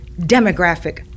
demographic